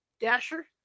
Dasher